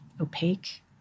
opaque